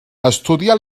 estudià